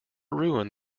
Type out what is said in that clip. ruin